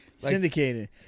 Syndicated